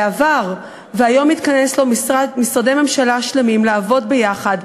והיום מתכנסים משרדי ממשלה שלמים לעבוד ביחד.